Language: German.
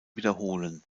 wiederholen